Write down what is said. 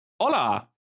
Hola